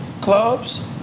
clubs